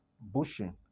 bushing